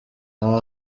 aha